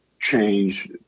change